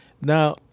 now